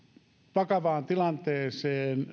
vakavaan tilanteeseen